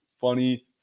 Funny